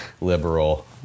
liberal